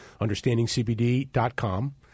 understandingcbd.com